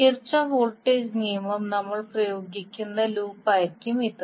Kirchhoff voltage നിയമം നമ്മൾ പ്രയോഗിക്കുന്ന ലൂപ്പായിരിക്കും ഇത്